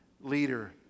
leader